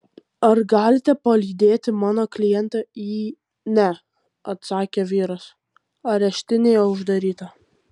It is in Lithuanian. ar galite palydėti mano klientą į ne atsakė vyras areštinėje uždaryta